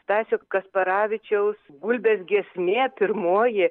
stasio kasparavičiaus gulbės giesmė pirmoji